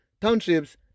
townships